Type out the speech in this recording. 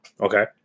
okay